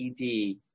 ED